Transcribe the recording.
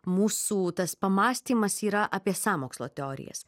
mūsų tas pamąstymas yra apie sąmokslo teorijas